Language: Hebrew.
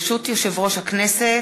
ברשות יושב-ראש הכנסת,